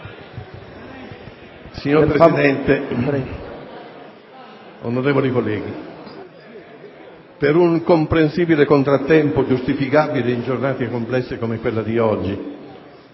Signor Presidente, onorevoli colleghi, per un comprensibile contrattempo, giustificabile in giornate complesse come quella di oggi,